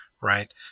right